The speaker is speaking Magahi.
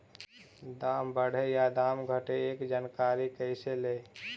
दाम बढ़े या दाम घटे ए जानकारी कैसे ले?